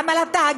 גם על התאגיד,